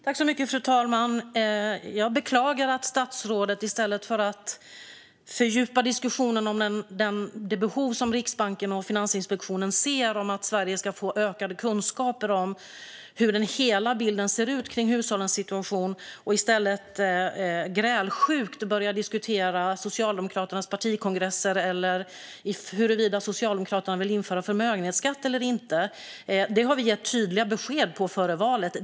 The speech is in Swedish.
Fru talman! Jag beklagar att statsrådet i stället för att fördjupa diskussionen om det behov som Riksbanken och Finansinspektionen ser, det vill säga att Sverige ska få ökade kunskaper om hushållens hela situation, grälsjukt börjar diskutera Socialdemokraternas partikongresser eller huruvida Socialdemokraterna vill införa förmögenhetsskatt eller inte. Vi gav tydliga besked om det före valet.